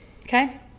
okay